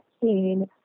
seen